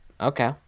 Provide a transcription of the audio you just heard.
Okay